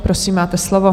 Prosím, máte slovo.